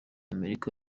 amerika